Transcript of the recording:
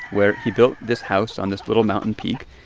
where he built this house on this little mountain peak.